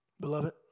Beloved